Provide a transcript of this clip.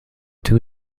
two